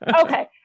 Okay